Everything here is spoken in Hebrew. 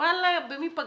במי פגענו?